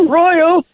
royal